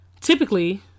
typically